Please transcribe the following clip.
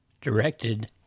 directed